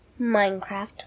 Minecraft